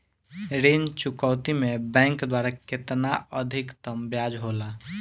ऋण चुकौती में बैंक द्वारा केतना अधीक्तम ब्याज होला?